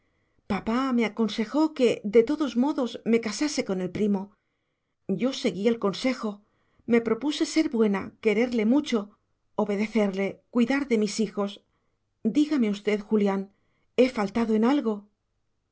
papá me aconsejó que de todos modos me casase con el primo yo seguí el consejo me propuse ser buena quererle mucho obedecerle cuidar de mis hijos dígame usted julián he faltado en algo